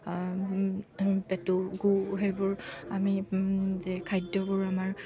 পেটু গু সেইবোৰ আমি খাদ্যবোৰ আমাৰ